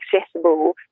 accessible